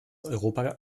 europa